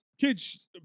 Kids